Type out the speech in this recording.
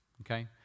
okay